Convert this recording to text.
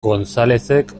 gonzalezek